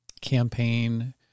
campaign